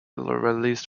released